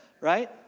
right